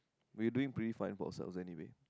we're doing pretty fine for ourselves anyway